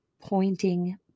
pointing